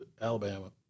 Alabama